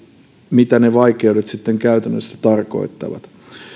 mitä ne vaikeudet sitten käytännössä tarkoittavat